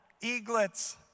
eaglets